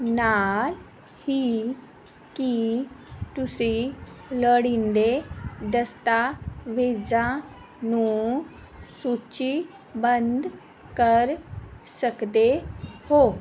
ਨਾਲ ਹੀ ਕੀ ਤੁਸੀਂ ਲੋੜੀਂਦੇ ਦਸਤਾਵੇਜ਼ਾਂ ਨੂੰ ਸੂਚੀਬੱਧ ਕਰ ਸਕਦੇ ਹੋ